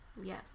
Yes